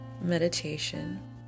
meditation